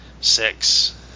six